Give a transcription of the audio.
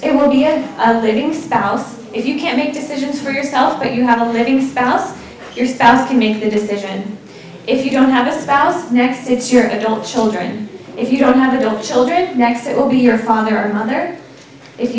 it will be a living spouse if you can't make decisions for yourself but you have a living spouse your spouse can make the decision if you don't have a spouse next it's your adult children if you don't have it all children next it will be your father or mother if